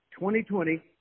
2020